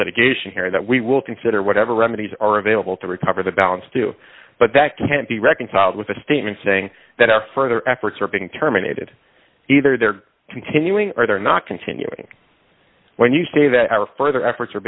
litigation here that we will consider whatever remedies are available to recover the balance too but that can't be reconciled with a statement saying that our further efforts are being terminated either they're continuing or they're not continuing when you say that our further efforts are